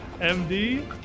MD